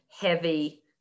heavy